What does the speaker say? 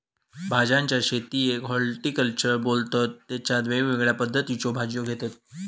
भाज्यांच्या शेतीयेक हॉर्टिकल्चर बोलतत तेच्यात वेगवेगळ्या पद्धतीच्यो भाज्यो घेतत